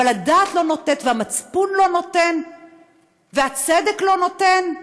אבל הדעת לא נותנת והמצפון לא נותן והצדק לא נותן.